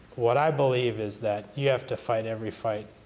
what i believe is that you have to fight every fight